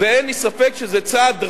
ואין לי ספק שזה צעד דרמטי,